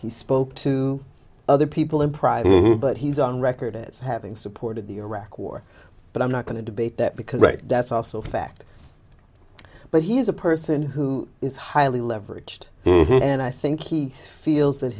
he spoke to other people in private but he's on record as having supported the iraq war but i'm not going to debate that because that's also fact but he is a person who is highly leveraged and i think he feels that